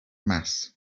mass